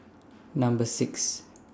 Number six